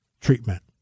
treatment